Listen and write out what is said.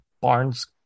barnes